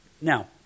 Now